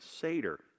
Seder